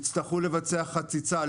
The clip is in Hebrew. ויצטרכו לבצע חציצה,